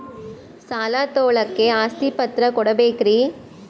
ಸಾಲ ತೋಳಕ್ಕೆ ಆಸ್ತಿ ಪತ್ರ ಕೊಡಬೇಕರಿ?